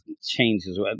changes